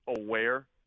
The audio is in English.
aware